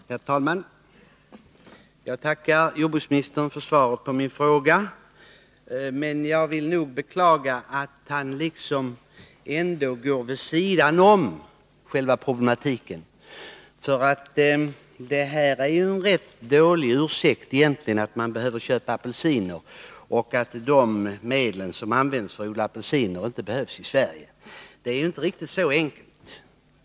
Herr talman! Jag tackar jordbruksministern för svaret på min fråga. Jag beklagar att jordbruksministern i svaret går vid sidan om själva problematiken. Att man behöver köpa apelsiner och att de medel som används vid odling av apelsiner inte behövs i Sverige är ju ändå en rätt dålig ursäkt. Det är inte riktigt så enkelt.